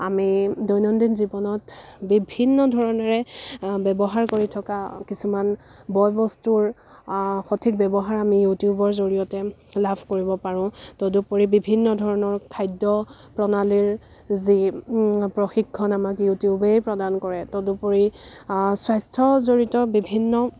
আমি দৈনন্দিন জীৱনত বিভিন্ন ধৰণৰে ব্যৱহাৰ কৰি থকা কিছুমান বয় বস্তুৰ সঠিক ব্যৱহাৰ আমি ইউটিউবৰ জড়িয়তে লাভ কৰিব পাৰোঁ তদুপৰি বিভিন্ন ধৰণৰ খাদ্য প্ৰণালীৰ যি প্ৰশিক্ষণ আমাক ইউটিউবেই প্ৰদান কৰে তদুপৰি স্বাস্থ্যজড়িত বিভিন্ন